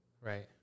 Right